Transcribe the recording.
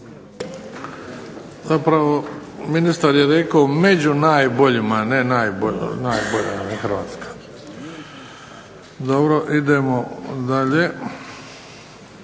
Zapravo ministar je rekao, među najboljima, a ne najbolja Hrvatska. Dobro, idemo dalje.